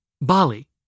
Bali